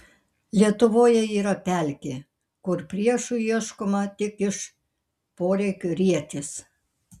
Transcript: lietuvoje yra pelkė kur priešų ieškoma tik iš poreikio rietis